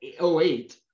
08